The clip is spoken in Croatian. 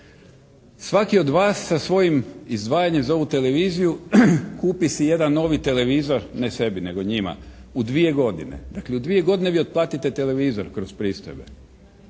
Svaki od vas sa svojim izdvajanjem za ovu televiziju kupi si jedan novi televizor, ne sebi nego njima, u dvije godine. Dakle, u dvije godine vi otplatite televizor kroz pristojbe.